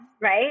right